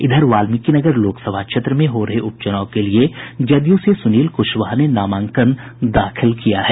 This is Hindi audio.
इधर वाल्मिकीनगर लोकसभा क्षेत्र में हो रहे उप चुनाव के लिये जदयू से सुनील कुशवाहा ने नामांकन दाखिल किया है